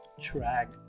track